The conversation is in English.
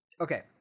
Okay